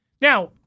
Now